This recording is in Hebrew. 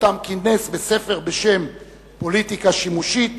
שכינס בספר בשם "פוליטיקה שימושית",